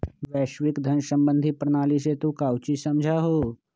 वैश्विक धन सम्बंधी प्रणाली से तू काउची समझा हुँ?